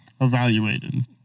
Evaluated